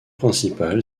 principale